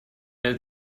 eine